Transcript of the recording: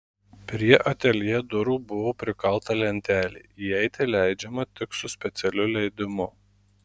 prie ateljė durų buvo prikalta lentelė įeiti leidžiama tik su specialiu leidimu